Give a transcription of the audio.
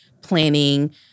planning